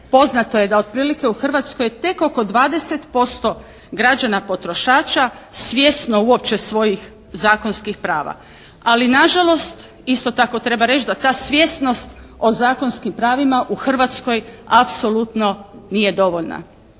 poznato je da otprilike u Hrvatskoj je tek oko 20% građana potrošača svjesno uopće svojih zakonskih prava. Ali nažalost, isto tako treba reći da ta svjesnost o zakonskim pravima u Hrvatskoj apsolutno nije dovoljna.